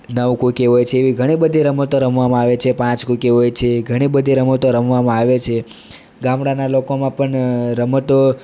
નવ કુકી હોય છે એવી ઘણી બધી રમતો રમવામાં આવે છે પાંચ કુકી હોય છે ઘણી બધી રમતો રમવામાં આવે છે ગામડાના લોકોમાં પણ રમતો